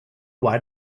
why